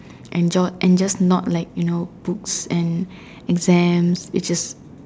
and and just not like you know books and exams it's just